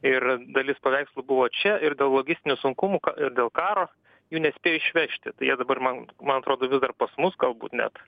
ir dalis paveikslų buvo čia ir dėl logistinių sunkumų ir dėl karo jų nespėjo išvežti tai jie dabar man man atrodo vis dar pas mus galbūt net